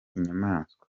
inyamanswa